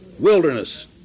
Wilderness